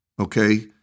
okay